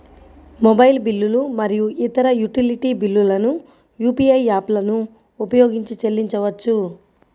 mobile బిల్లులు మరియు ఇతర యుటిలిటీ బిల్లులను యూ.పీ.ఐ యాప్లను ఉపయోగించి చెల్లించవచ్చు